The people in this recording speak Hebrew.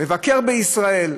מבקר בישראל,